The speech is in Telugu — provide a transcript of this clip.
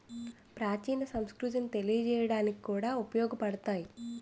ప్రాచీన సంస్కృతిని తెలియజేయడానికి కూడా ఉపయోగపడతాయి